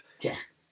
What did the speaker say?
Yes